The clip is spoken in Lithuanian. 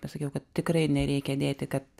pasakiau kad tikrai nereikia dėti kad